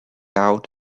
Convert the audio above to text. out